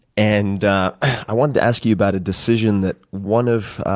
and i wanted to ask you about a decision that one of,